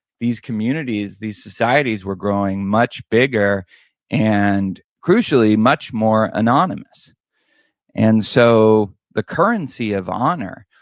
these communities, these societies were growing much bigger and crucially much more anonymous and so the currency of honor,